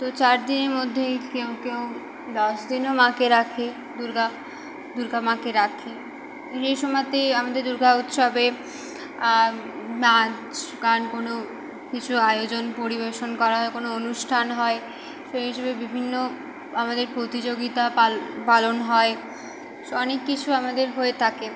তো চার দিনের মধ্যেই কেউ কেউ দশ দিনও মাকে রাখে দুর্গা দুর্গা মাকে রাখি এই সময়তেই আমাদের দুর্গা উৎসবে নাচ গান কোনো কিছু আয়োজন পরিবেশন করা কোনো অনুষ্ঠান হয় সেই হিসেবে বিভিন্ন আমাদের প্রতিযোগিতা পালন হয় অনেক কিছু আমাদের হয়ে থাকে